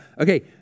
okay